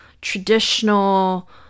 traditional